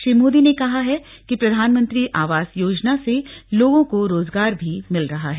श्री मोदी ने कहा कि प्रधानमंत्री आवास योजना से लोगों को रोजगार भी मिल रहा है